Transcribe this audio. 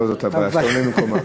לא זאת הבעיה, שאתה עולה במקומה.